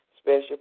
Special